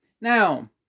Now